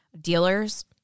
dealers